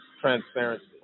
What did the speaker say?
transparency